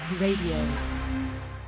Radio